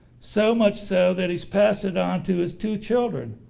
so much so that he's passed it on to his two children,